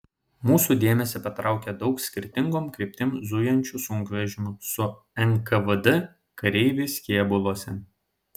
mūsų dėmesį patraukė daug skirtingom kryptim zujančių sunkvežimių su nkvd kareiviais kėbuluose